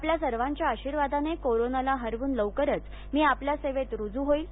आपल्या सर्वांच्या आशीर्वादाने कोरोनाला हरवून लवकरच मी आपल्या सेवेत रुजू होईन